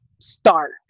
start